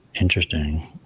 Interesting